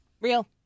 Real